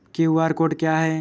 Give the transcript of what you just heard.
QR code क्या है?